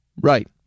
Right